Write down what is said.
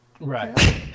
Right